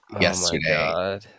yesterday